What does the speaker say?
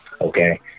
okay